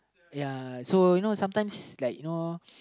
ya so you know sometimes like you know